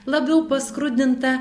labiau paskrudinta